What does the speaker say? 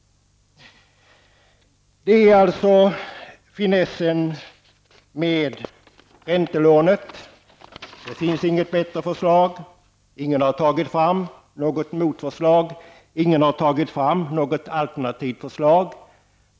Det är alltså finessen med räntelånet. Det finns inget bättre förslag. Ingen har tagit fram något motförslag. Ingen har tagit fram något alternativförslag.